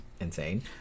insane